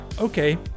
Okay